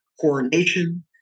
coronation